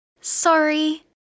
Sorry